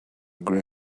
gray